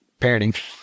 parenting